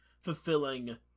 fulfilling